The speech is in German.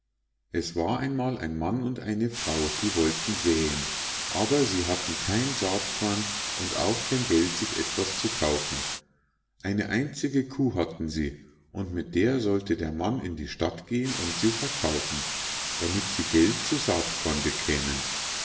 es war einmal ein mann und eine frau die wollten säen aber sie hatten kein saatkorn und auch kein geld sich etwas zu kaufen eine einzige kuh hatten sie und mit der sollte der mann in die stadt gehen und sie verkaufen damit sie geld zu saatkorn bekämen